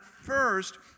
first